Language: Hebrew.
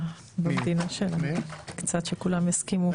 במדינה שלנו; שכולם יסכימו.